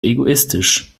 egoistisch